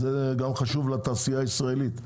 זה חשוב גם לתעשייה הישראלית.